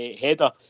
header